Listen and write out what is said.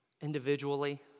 individually